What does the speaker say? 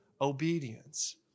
obedience